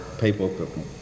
People